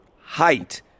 height